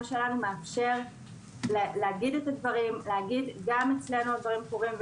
שלנו מאפשר להגיד שגם אצלנו הדברים קורים.